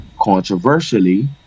controversially